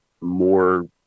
more